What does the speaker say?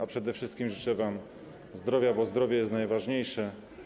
A przede wszystkim życzę wam zdrowia, bo zdrowie jest najważniejsze.